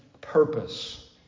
purpose